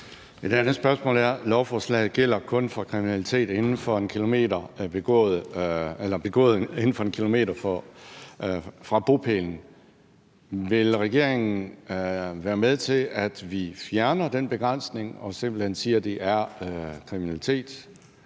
et andet spørgsmål. Lovforslaget gælder kun for kriminalitet, der er begået inden for 1 km fra bopælen. Vil regeringen være med til, at vi fjerner den begrænsning og simpelt hen siger, at det er kriminalitet